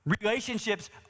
Relationships